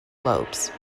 lobes